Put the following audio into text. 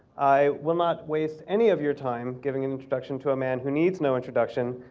i will not waste any of your time giving introduction to a man who needs no introduction.